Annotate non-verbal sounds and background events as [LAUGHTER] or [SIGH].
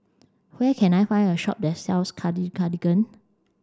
where can I find a shop that sells [UNINTELLIGIBLE] Cartigain